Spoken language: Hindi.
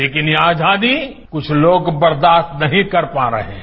लेकिन यह आजादी कुछ लोग बर्दाश्त नहीं कर पा रहे हैं